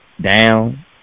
down